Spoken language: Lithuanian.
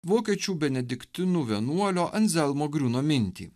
vokiečių benediktinų vienuolio anzelmo griūno mintį